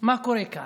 מה קורה כאן.